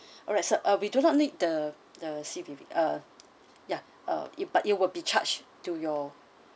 alright sir uh we do not need the the C_V_V uh yeah uh it but it will be charged to your